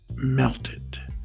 melted